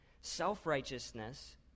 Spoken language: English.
Self-righteousness